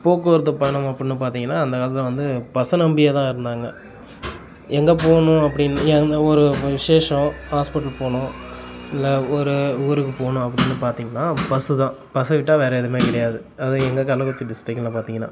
போக்குவரத்துப் பயணம் அப்பிடின்னு பார்த்திங்கன்னா அந்த காலத்தில் வந்து பஸ்ஸை நம்பியே தான் இருந்தாங்க எங்கே போகணும் அப்படின்னு எந்த ஒரு விஷேசம் ஹாஸ்பிட்டல் போகணும் இல்லை ஒரு ஊருக்கு போகணும் அப்படின்னு பார்த்திங்கன்னா பஸ்ஸு தான் பஸ்ஸை விட்டால் வேறு எதுவுமே கிடையாது அது எங்கள் கள்ளக்குறிச்சி டிஸ்ட்ரிக்டில் பார்த்திங்கன்னா